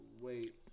wait